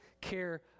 care